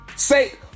Say